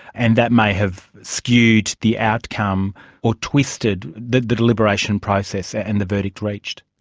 and that may have skewed the outcome or twisted the the deliberation process and the verdict reached.